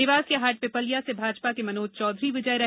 देवास के हाटपिपल्या से भाजपा के मनोज चौधरी विजय रहे